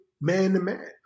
man-to-man